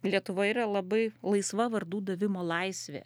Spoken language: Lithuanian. lietuvoj yra labai laisva vardų davimo laisvė